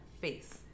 face